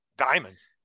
diamonds